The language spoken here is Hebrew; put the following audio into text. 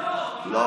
אלה